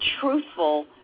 truthful